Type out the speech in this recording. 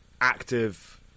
active